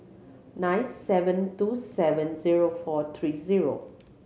nine seven two seven zero four three zero